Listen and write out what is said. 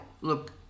look